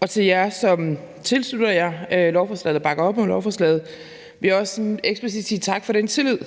og til jer, som tilslutter jer forslaget eller bakker op om lovforslaget, vil jeg også eksplicit sige tak for den tillid,